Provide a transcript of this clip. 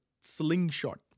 slingshot